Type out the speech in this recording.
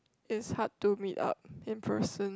it's hard to meet up in person